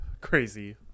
crazy